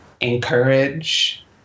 encourage